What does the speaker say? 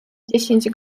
dziesięć